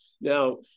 now